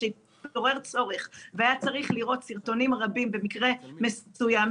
כשהתעורר צורך והיה צריך לראות סרטונים רבים במקרה מסוים,